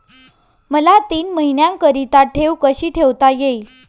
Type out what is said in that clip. मला तीन महिन्याकरिता ठेव कशी ठेवता येईल?